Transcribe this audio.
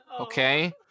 Okay